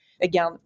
again